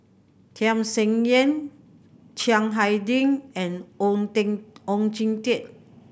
Tham Sien Yen Chiang Hai Ding and Oon Ding Oon Jin Teik